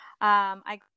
I-